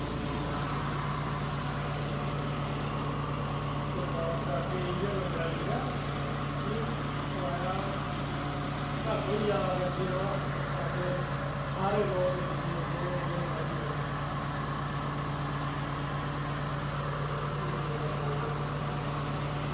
सरकार दे अग्गें इयै गुजारिश ऐ की किराया घट्ट होई जा गड्डियें दा ते सारे लोग मतलब गड्डियें च जाई सक्कन अ भी ते लोग